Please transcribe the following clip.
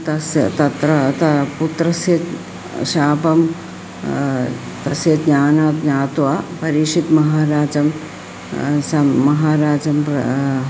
तस्य तत्र तं पुत्रस्य शापं तस्य ज्ञानाद् ज्ञात्वा परीक्षितः महाराजं सः महाराजं प्रा